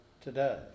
today